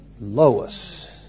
Lois